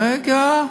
רגע.